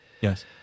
Yes